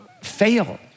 fail